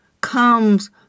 comes